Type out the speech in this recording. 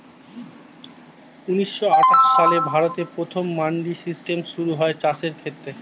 ঊন্নিশো আটাশ সালে ভারতে প্রথম মান্ডি সিস্টেম শুরু হয় চাষের ক্ষেত্রে